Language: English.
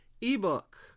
ebook